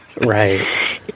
right